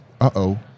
uh-oh